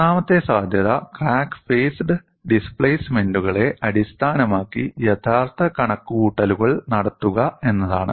മൂന്നാമത്തെ സാധ്യത crack face ഡിസ്പ്ലേസ്മെന്റുകളെ അടിസ്ഥാനമാക്കി യഥാർത്ഥ കണക്കുകൂട്ടലുകൾ നടത്തുക എന്നതാണ്